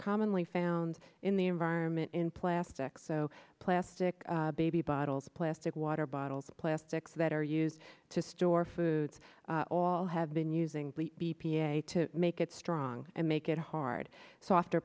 commonly found in the environment in plastic so plastic the bottles plastic water bottles plastics that are used to store foods all have been using b p a to make it strong and make it hard softer